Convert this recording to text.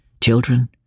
children